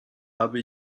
habe